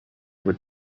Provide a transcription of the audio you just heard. would